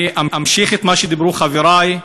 אני אמשיך את מה שאמרו חברי.